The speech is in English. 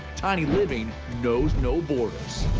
tiny living knows no borders.